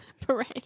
Parade